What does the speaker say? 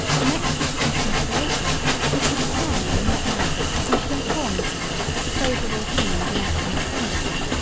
the next we took into consideration was, to determine in what manner we should inform m'kenrie of the favourable opinion janetta entertained of him.